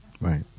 Right